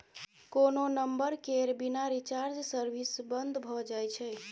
कोनो नंबर केर बिना रिचार्ज सर्विस बन्न भ जाइ छै